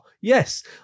yes